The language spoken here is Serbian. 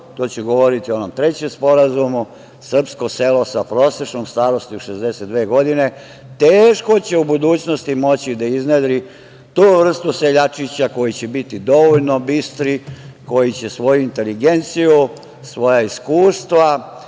to će govoriti o onom trećem sporazumu, srpsko selo sa prosečnom starošću od 62 godine, teško će u budućnosti moći da iznedri tu vrstu seljačića koji će biti dovoljno bistri, koji će svoju inteligenciju, svoja iskustva